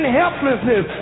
helplessness